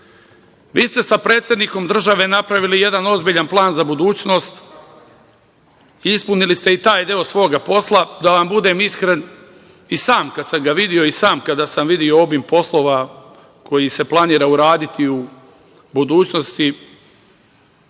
ste sa predsednikom države napravili jedan ozbiljan plan za budućnost i ispunili ste i taj deo svog posla. Da vam budem iskren, i sam kad sam ga video i sam kada sam video obim poslova koji se planira uraditi u budućnosti,